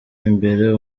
imbere